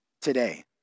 today